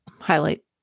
highlight